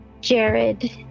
Jared